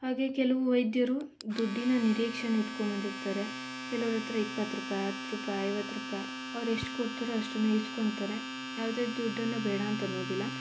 ಹಾಗೆ ಕೆಲವು ವೈದ್ಯರು ದುಡ್ಡಿನ ನಿರೀಕ್ಷೆಯನ್ನ ಇಟ್ಕೊಂಡು ಬಂದಿರ್ತಾರೆ ಕೆಲವರ ಹತ್ರ ಇಪ್ಪತ್ತು ರೂಪಾಯಿ ಹತ್ತು ರೂಪಾಯಿ ಐವತ್ತು ರೂಪಾಯಿ ಅವರೆಷ್ಟು ಕೊಡ್ತಾರೋ ಅಷ್ಟನ್ನು ಈಸ್ಕೊಳ್ತಾರೆ ಯಾವುದೇ ದುಡ್ಡನ್ನು ಬೇಡ ಅಂತ ಅನ್ನೋದಿಲ್ಲ